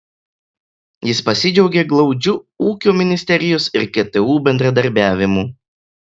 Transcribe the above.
jis pasidžiaugė glaudžiu ūkio ministerijos ir ktu bendradarbiavimu